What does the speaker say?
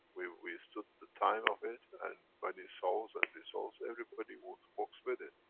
we we stood the time of it and when it solves and resolves, everybody walks walks with it.